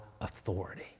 authority